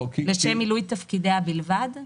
"לשם מילוי תפקידיה בלבד"?